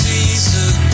Season